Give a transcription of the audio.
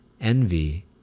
envy